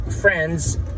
friends